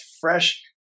fresh